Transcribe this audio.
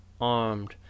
armed